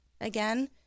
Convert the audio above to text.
again